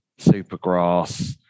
Supergrass